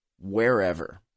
wherever